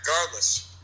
regardless